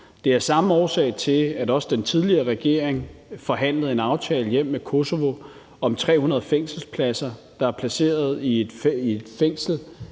Det var af samme årsag, at den tidligere regering forhandlede en aftale hjem med Kosovo om 300 fængselspladser, der er placeret i et fængsel